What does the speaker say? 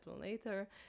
later